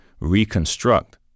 reconstruct